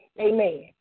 amen